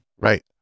right